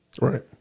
Right